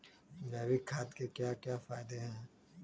जैविक खाद के क्या क्या फायदे हैं?